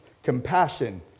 Compassion